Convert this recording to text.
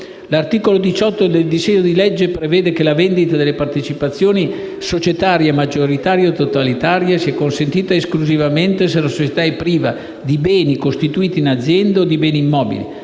l'articolo 18 del disegno di legge prevede che la vendita delle partecipazioni societarie maggioritarie o totalitarie sia consentita esclusivamente se la società è priva di beni costituiti in azienda o di beni immobili